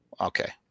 Okay